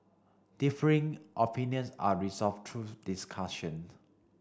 differing opinions are resolved through discussion